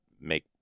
make